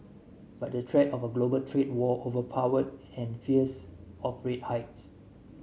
but the threat of a global trade war overpowered any fears of rate hikes